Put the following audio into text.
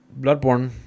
Bloodborne